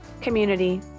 community